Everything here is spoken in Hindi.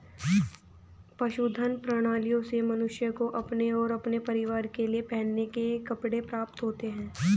पशुधन प्रणालियों से मनुष्य को अपने और अपने परिवार के लिए पहनने के कपड़े प्राप्त होते हैं